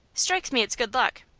strikes me it's good luck.